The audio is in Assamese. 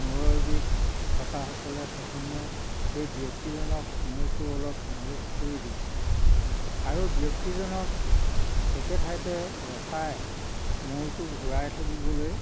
মূৰৰ বিষ থকাসকলে প্ৰথমে সেই ব্যক্তিজনক মূৰটো অলপ মালিছ কৰি দিওঁ আৰু ব্যক্তিজনক একেঠাইতে ৰখাই মূৰটো ঘূৰাই থাকিবলৈ